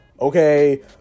okay